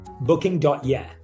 Booking.yeah